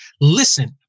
listen